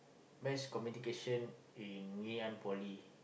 mass communication in Ngee-Ann-Poly